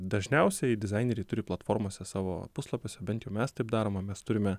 dažniausiai dizaineriai turi platformose savo puslapiuose bent jau mes taip daroma mes turime